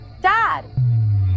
Dad